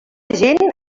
gent